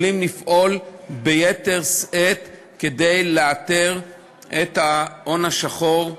יכולות לפעול ביתר שאת כדי לאתר את ההון השחור,